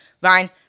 Vine